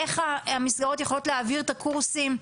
איך המסגרות יכולות להעביר את הקורסים.